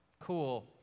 Cool